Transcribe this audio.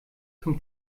zum